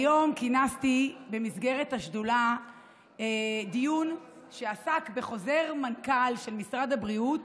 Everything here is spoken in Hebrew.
היום כינסתי במסגרת השדולה דיון שעסק בחוזר מנכ"ל של משרד הבריאות